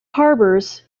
harbours